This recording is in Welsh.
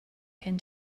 cyn